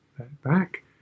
Back